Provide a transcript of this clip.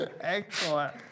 Excellent